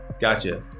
Gotcha